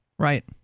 right